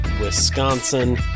Wisconsin